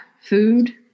Food